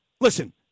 listen